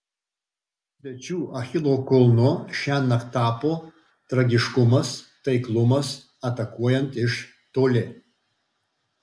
svečių achilo kulnu šiąnakt tapo tragiškumas taiklumas atakuojant iš toli